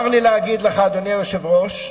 אדוני היושב-ראש,